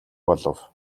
болов